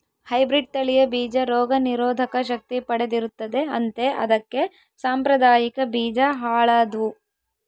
hybrid ತಳಿಯ ಬೀಜ ರೋಗ ನಿರೋಧಕ ಶಕ್ತಿ ಪಡೆದಿರುತ್ತದೆ ಅಂತೆ ಅದಕ್ಕೆ ಸಾಂಪ್ರದಾಯಿಕ ಬೀಜ ಹಾಳಾದ್ವು